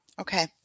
Okay